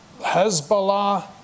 Hezbollah